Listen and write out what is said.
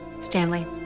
Stanley